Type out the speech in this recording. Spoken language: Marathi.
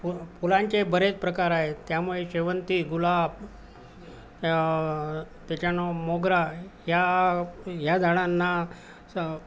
फ फुलांचे बरेच प्रकार आहेत त्यामुळे शेवंती गुलाब त्याच्यानंतर मोगरा या या झाडांना स